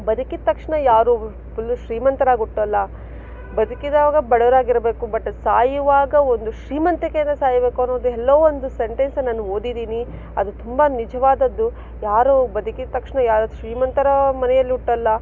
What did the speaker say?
ಬದುಕಿದ ತಕ್ಷಣ ಯಾರು ಫುಲ್ಲು ಶ್ರೀಮಂತರಾಗಿ ಹುಟ್ಟಲ್ಲ ಬದುಕಿದಾಗ ಬಡವರಾಗಿರಬೇಕು ಬಟ್ ಸಾಯುವಾಗ ಒಂದು ಶ್ರೀಮಂತಿಕೆಯಿಂದ ಸಾಯಬೇಕು ಅನ್ನೋದು ಎಲ್ಲೋ ಒಂದು ಸೆಂಟೆನ್ಸ ನಾನು ಓದಿದ್ದೀನಿ ಅದು ತುಂಬ ನಿಜವಾದದ್ದು ಯಾರೂ ಬದುಕಿದ ತಕ್ಷಣ ಯಾರೂ ಶ್ರೀಮಂತರ ಮನೆಯಲ್ಲಿ ಹುಟ್ಟಲ್ಲ